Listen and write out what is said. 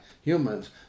humans